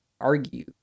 argue